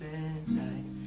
inside